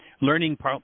learning